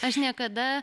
aš niekada